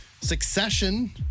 Succession